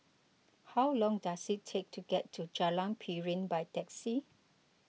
how long does it take to get to Jalan Piring by taxi